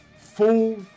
full